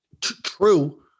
True